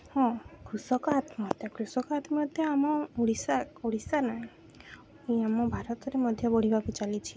ହଁ କୃଷକ ଆତ୍ମହତ୍ୟା କୃଷକ ଆତ୍ମହତ୍ୟା ଆମ ଓଡ଼ିଶା ଓଡ଼ିଶା ନାହିଁ ଆମ ଭାରତରେ ମଧ୍ୟ ବଢ଼ିବାକୁ ଚାଲିଛି